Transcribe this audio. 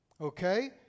Okay